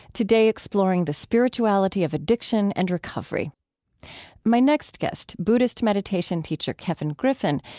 today, exploring the spirituality of addiction and recovery my next guest, buddhist meditation teacher kevin griffin,